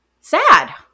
sad